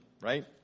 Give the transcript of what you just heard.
right